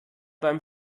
beim